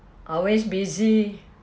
always busy